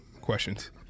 Questions